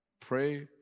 Pray